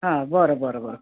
हां बरं बरं बरं